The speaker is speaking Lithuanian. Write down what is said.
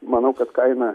manau kad kaina